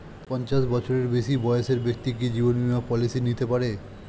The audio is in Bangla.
পঞ্চাশ বছরের বেশি বয়সের ব্যক্তি কি জীবন বীমা পলিসি নিতে পারে?